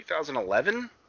2011